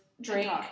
drink